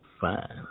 fine